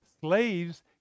slaves